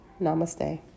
Namaste